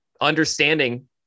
understanding